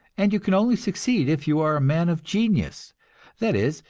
and you can only succeed if you are a man of genius that is,